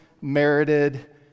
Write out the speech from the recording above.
merited